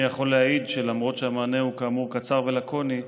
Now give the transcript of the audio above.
אני יכול להעיד שלמרות שהמענה הוא כאמור קצר ולקוני,